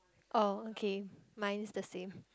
oh okay mine is the same